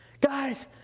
guys